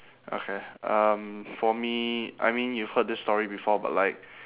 okay um for me I mean you've heard this story before but like